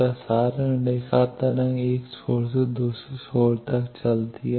प्रसारण रेखा तरंग 1 छोर से दूसरे छोर तक चलती है